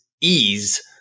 ease